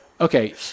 okay